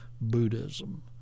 Buddhism